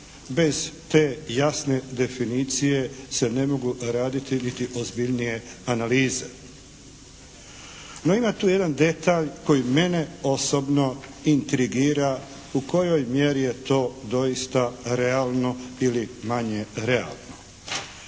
Bez te jasne definicije se ne mogu raditi niti ozbiljnije analize. No ima tu jedan detalj koji mene osobno intrigira u kojoj mjeri je to doista realno ili manje realno?